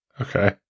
Okay